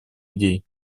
идей